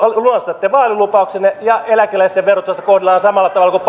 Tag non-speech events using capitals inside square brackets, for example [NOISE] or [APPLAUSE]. lunastatte vaalilupauksenne ja eläkeläisten verotusta kohdellaan samalla tavalla kuin [UNINTELLIGIBLE]